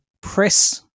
press